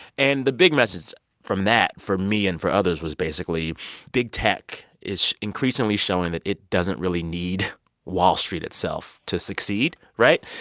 and the big message from that for me and for others was basically big tech is increasingly showing that it doesn't really need wall street itself to succeed, right?